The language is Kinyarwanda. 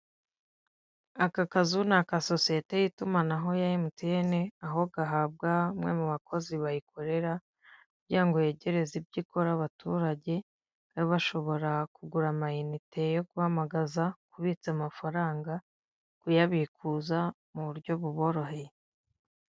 Abagore bicaye ku ntebe bafite mu biganza byabo mitiweli n'udutabo two kwa muganga bambaye ibitenge undi afite uruhinja mu ntoki.